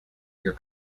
your